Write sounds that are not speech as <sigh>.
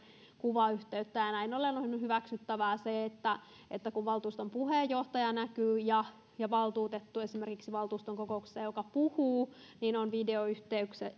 kuvayhteyttä ja ja näin ollen on hyväksyttävää se että että kun valtuuston puheenjohtaja näkyy ja esimerkiksi valtuutettu joka valtuuston kokouksessa puhuu on videoyhteydessä <unintelligible>